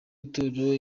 itorero